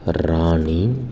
ராணி